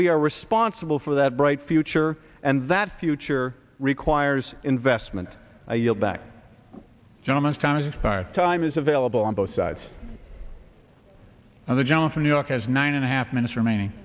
we are responsible for that bright future and that future requires investment i yield back gentleman's time has expired time is available on both sides and the gentleman from new york has nine and a half minutes remaining